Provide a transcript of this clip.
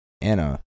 anna